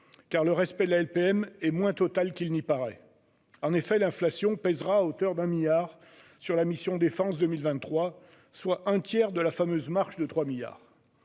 car le respect de la LPM est moins total qu'il n'y paraît. En effet, l'inflation pèsera à hauteur de 1 milliard d'euros sur la mission « Défense » en 2023, soit un tiers de la fameuse marche de 3 milliards